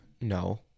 No